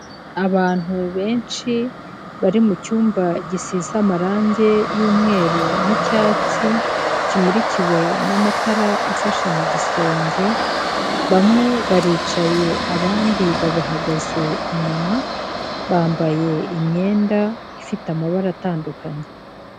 Abantu benshi bari mu cyumba gisize amarange y'umweru n'icyatsi kimurikiwe n'amatara afashe mu gisenge, bamwe baricaye abandi bahagaze inyuma bambaye imyenda ifite amabara atandukanye.